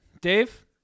Dave